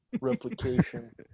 replication